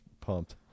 pumped